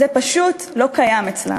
זה פשוט לא קיים אצלם".